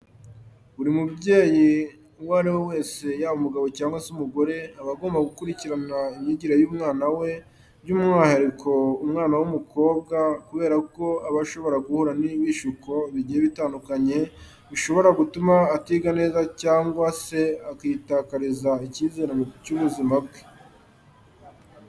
Buri mubyeyi uwo ari we wese, yaba umugabo cyangwa se umugore, aba agomba gukurikirana imyigire y'umwana we by'umwihariko umwana w'umukobwa kubera ko aba ashobora guhura n'ibishuko bigiye bitandukanye bishobora gutuma atiga neza cyangwa se akitakariza icyizere cy'ubuzima bwe.